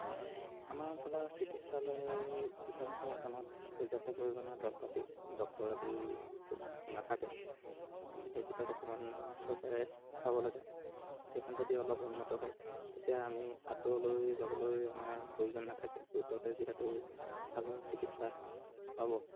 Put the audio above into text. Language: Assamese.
আমাৰ অঞ্চলৰ চিকিৎসালয় যিখন আছে সেইখনত পৰ্যাপ্ত পৰিমাণৰ দৰৱ পাতি ডক্টৰ আদিও নাথাকে সেই ক্ষেত্ৰত অকণমান চৰকাৰে চাব লাগে সেইখন যদি অলপ উন্নত হয় তেতিয়া আমি আঁতৰলৈ যাবলৈ আমাৰ প্ৰয়োজন নাথাকে ওচৰতে যিহেতু ভাল চিকিৎসা পাব